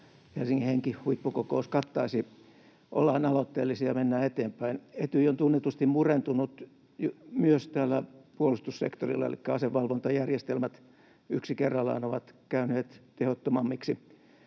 Helsingin henki ‑huippukokous kattaisi, ollaan aloitteellisia ja mennään eteenpäin. Etyj on tunnetusti murentunut myös täällä puolustussektorilla, elikkä asevalvontajärjestelmät yksi kerrallaan ovat käyneet tehottomammiksi,